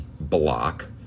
block